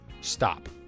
Stop